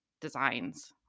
designs